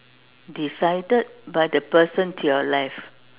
decided by the person to your left